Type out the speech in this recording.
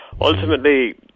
ultimately